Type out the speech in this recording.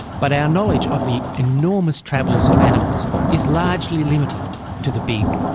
but our knowledge of the enormous travels of animals is largely limited to the big,